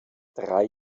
drei